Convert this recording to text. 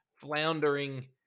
floundering